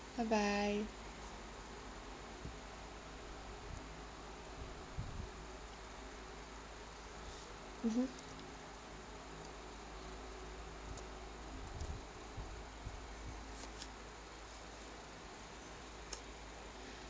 bye bye mmhmm